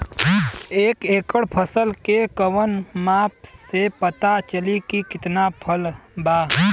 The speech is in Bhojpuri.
एक एकड़ फसल के कवन माप से पता चली की कितना फल बा?